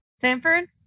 Sanford